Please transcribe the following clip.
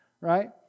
right